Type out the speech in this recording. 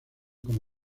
como